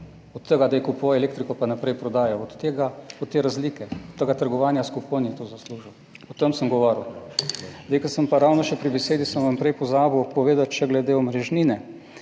od kod? Da je kupoval elektriko pa jo naprej prodajal, od tega, od te razlike, od tega trgovanja s kuponi je to zaslužil. O tem sem govoril. Zdaj ko sem pa ravno še pri besedi, sem vam prej pozabil povedati še glede omrežnine.